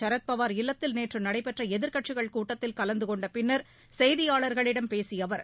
சரத்பவார் இல்லத்தில் நேற்று நடைபெற்ற எதிர்க்கட்சிகள் கூட்டத்தில் கலந்து கொண்ட பின்னர் செய்தியாளர்களிடம் பேசிய அவர்